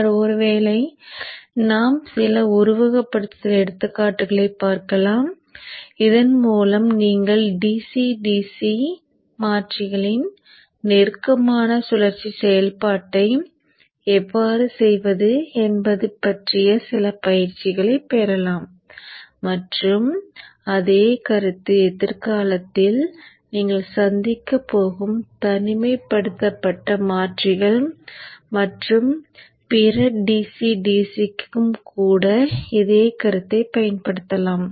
பின்னர் ஒருவேளை நாம் சில உருவகப்படுத்துதல் எடுத்துக்காட்டுகளைப் பார்க்கலாம் இதன் மூலம் நீங்கள் DC DC மாற்றிகளின் நெருக்கமான சுழற்சி செயல்பாட்டை எவ்வாறு செய்வது என்பது பற்றிய சில பயிற்சிகளைப் பெறலாம் மற்றும் அதே கருத்து எதிர்காலத்தில் நீங்கள் சந்திக்கப் போகும் தனிமைப்படுத்தப்பட்ட மாற்றிகள் மற்றும் பிற DC DC க்கும் கூட இதே கருத்தைப் பயன்படுத்தலாம்